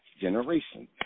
generation